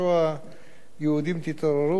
משטר הרשע הציוני לא שומר עלינו",